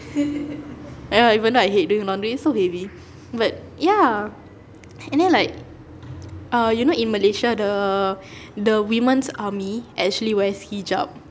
ya even though I hate doing laundry so heavy but ya and then like uh you know in malaysia the the women's army actually wears hijab